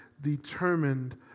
determined